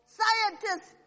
scientists